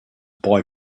boy